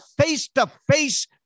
face-to-face